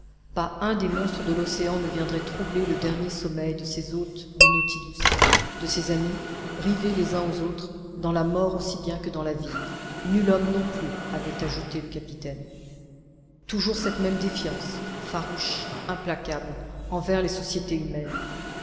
pas un des monstres de l'océan ne viendrait troubler le dernier sommeil de ces hôtes du nautilus de ces amis rivés les uns aux autres dans la mort aussi bien que dans la vie nul homme non plus avait ajouté le capitaine toujours cette même défiance farouche implacable envers les sociétés humaines